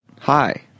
Hi